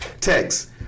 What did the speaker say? text